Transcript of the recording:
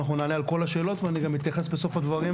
אנחנו נענה על כל השאלות ואנחנו נתייחס בסוף הדברים